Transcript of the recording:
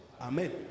Amen